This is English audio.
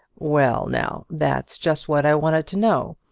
well, now that's just what i wanted to know.